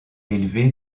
élevé